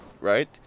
right